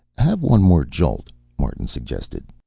have one more jolt, martin suggested.